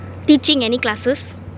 teaching any classes